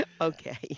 Okay